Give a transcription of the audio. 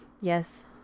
Yes